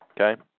Okay